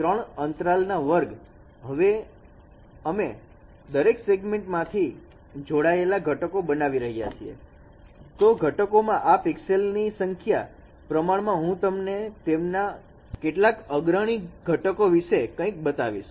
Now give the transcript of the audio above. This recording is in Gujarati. ૩ અંતરાલ ના વર્ગ હવે અમે દરેક સેગમેન્ટમાં થી જોડાયેલ ઘટકો બનાવી રહ્યા છીએ તો ઘટકોમાં આ પિક્સેલ ની સંખ્યાના પ્રમાણમાં હું તમને તેમાંના કેટલાક અગ્રણી ઘટકો વિષે કંઈક બતાવીશ